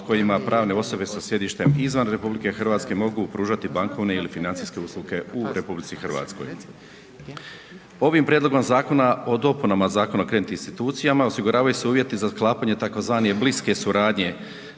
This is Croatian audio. pod kojima pravne osobe sa sjedištem izvan RH mogu pružati bankovne ili financijske usluge u RH. Ovim Prijedlogom Zakona o dopunama Zakona o kreditnim institucijama osiguravaju se uvjeti za sklapanje tzv. bliske suradnje